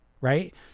right